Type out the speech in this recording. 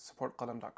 supportqalam.com